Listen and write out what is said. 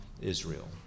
Israel